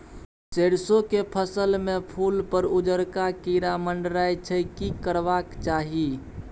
सरसो के फसल में फूल पर उजरका कीरा मंडराय छै की करबाक चाही?